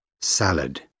Salad